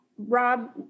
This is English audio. Rob